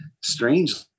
strangely